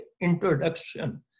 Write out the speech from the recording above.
introduction